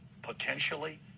Potentially